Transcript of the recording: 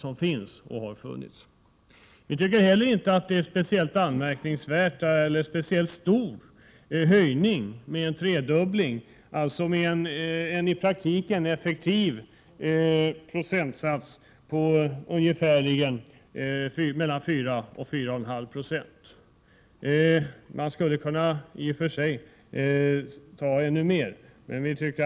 Vi tycker inte heller att det är en anmärkningsvärt stor höjning med en tredubbling. Det innebär i praktiken en effektiv procentsats på ungefär 44,5 90. Man skulle i och för sig kunna höja ännu mer.